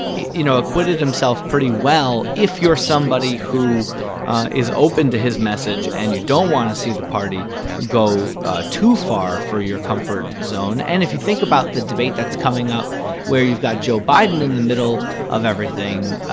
you you know, acquitted himself pretty well if you're somebody who is open to his message and you don't want to see the party go too far for your comfort zone and if you think about the debate that's coming up where you've got joe biden in the middle of everything,